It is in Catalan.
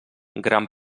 gran